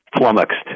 flummoxed